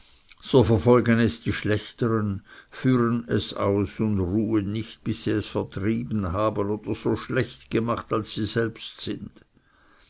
so verfolgen es die schlechtern führen es aus und ruhen nicht bis sie es vertrieben haben oder so schlecht gemacht als sie selbst sind